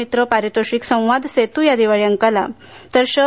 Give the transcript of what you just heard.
मित्र पारितोषिक संवाद सेतू या दिवाळी अंकाला तर शं